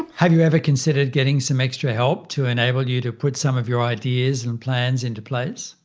have you ever considered getting some extra help to enable you to put some of your ideas and plans into place?